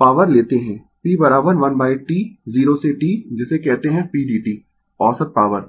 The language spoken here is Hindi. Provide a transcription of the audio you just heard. पॉवर लेते है p 1 T 0 से T जिसे कहते है p dt औसत पॉवर